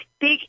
big